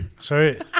sorry